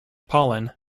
pollen